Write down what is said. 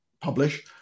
publish